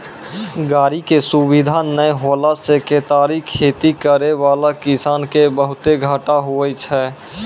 गाड़ी के सुविधा नै होला से केतारी खेती करै वाला किसान के बहुते घाटा हुवै छै